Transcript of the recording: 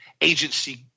agency